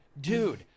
Dude